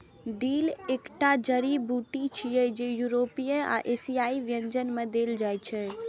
dill एकटा जड़ी बूटी छियै, जे यूरोपीय आ एशियाई व्यंजन मे देल जाइ छै